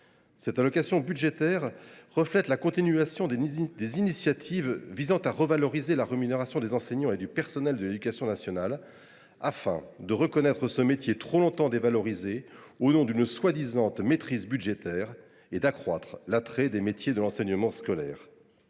Cette allocation budgétaire reflète la continuation des initiatives visant à revaloriser la rémunération des enseignants et du personnel de l’éducation nationale, afin de reconnaître ce métier trop longtemps dévalorisé au nom d’une prétendue maîtrise budgétaire et d’accroître l’attrait des métiers de l’enseignement scolaire.